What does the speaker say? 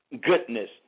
goodness